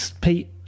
pete